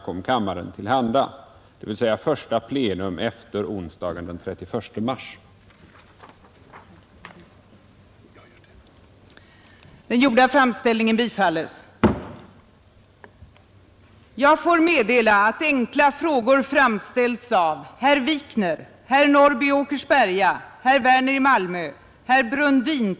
Anser utbildningsministern att det finns behov av att ändra nu tillämpade principer för avstängning från undervisning vid högre läroanstalter vilka medfört att handikappade kan avstängas från utbildning?